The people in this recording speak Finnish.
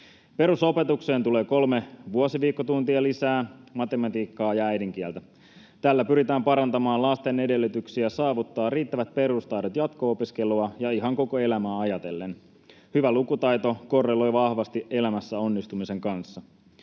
Perusopetukseen tulee kolme vuosiviikkotuntia lisää matematiikkaa ja äidinkieltä. Tällä pyritään parantamaan lasten edellytyksiä saavuttaa riittävät perustaidot jatko-opiskelua ja ihan koko elämää ajatellen. Hyvä lukutaito korreloi vahvasti elämässä onnistumisen kanssa.